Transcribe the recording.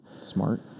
Smart